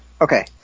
Okay